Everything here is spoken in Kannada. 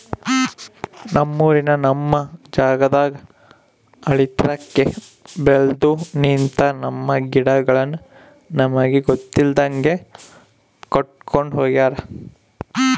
ನಮ್ಮೂರಿನ ನಮ್ ಜಾಗದಾಗ ಆಳೆತ್ರಕ್ಕೆ ಬೆಲ್ದು ನಿಂತ, ನಮ್ಮ ಗಿಡಗಳನ್ನು ನಮಗೆ ಗೊತ್ತಿಲ್ದಂಗೆ ಕಡ್ಕೊಂಡ್ ಹೋಗ್ಯಾರ